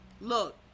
look